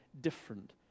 different